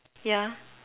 yeah